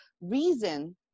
reason